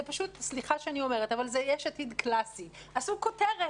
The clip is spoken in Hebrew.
סליחה שאני אומרת אבל זה "יש עתיד" קלאסי עשו כותרת: